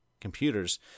computers